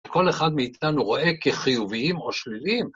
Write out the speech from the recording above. כל אחד מאיתנו רואה כחיוביים או שליליים.